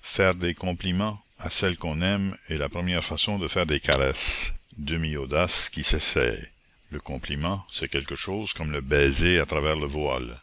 faire des compliments à celle qu'on aime est la première façon de faire des caresses demi audace qui s'essaye le compliment c'est quelque chose comme le baiser à travers le voile